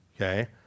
okay